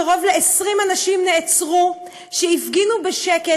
קרוב ל-20 אנשים שהפגינו בשקט,